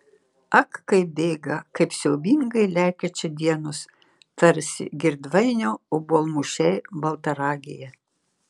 ak kaip bėga kaip siaubingai lekia čia dienos tarsi girdvainio obuolmušiai baltaragyje